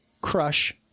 Crush